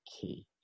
key